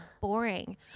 boring